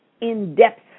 in-depth